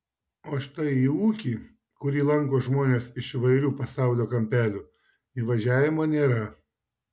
o štai į ūkį kurį lanko žmonės iš įvairių pasaulio kampelių įvažiavimo nėra